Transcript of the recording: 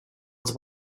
els